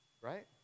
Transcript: right